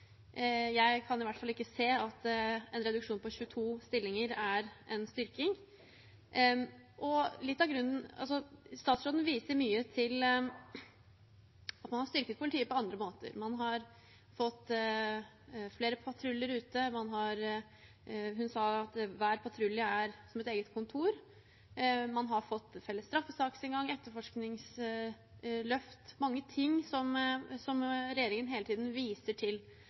Jeg kan i hvert fall ikke se at en reduksjon på 22 stillinger er en styrking. Statsråden viste mye til at man har styrket politiet på andre måter. Man har fått flere patruljer ute. Statsråden sa at hver patrulje er som et eget kontor. Man har fått felles straffesaksinngang, etterforskningsløft – mange ting som regjeringen hele tiden viser til.